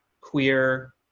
queer